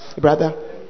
brother